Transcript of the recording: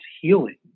healing